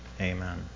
Amen